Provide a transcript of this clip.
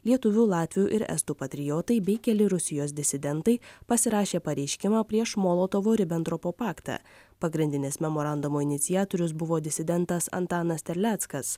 lietuvių latvių ir estų patriotai bei keli rusijos disidentai pasirašė pareiškimą prieš molotovo ribentropo paktą pagrindinis memorandumo iniciatorius buvo disidentas antanas terleckas